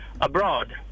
abroad